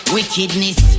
Wickedness